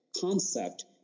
concept